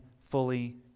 fully